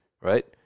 right